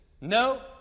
no